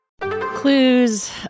Clues